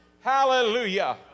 Hallelujah